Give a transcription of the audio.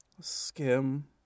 skim